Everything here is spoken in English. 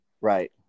right